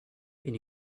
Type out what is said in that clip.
and